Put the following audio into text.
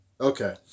Okay